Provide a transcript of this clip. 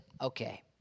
okay